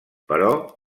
però